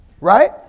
right